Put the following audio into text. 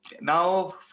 now